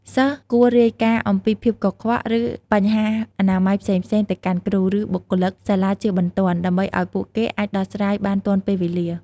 សិស្សគួររាយការណ៍អំពីភាពកខ្វក់ ឬបញ្ហាអនាម័យផ្សេងៗទៅកាន់គ្រូ ឬបុគ្គលិកសាលាជាបន្ទាន់ ដើម្បីឲ្យពួកគេអាចដោះស្រាយបានទាន់ពេលវេលា។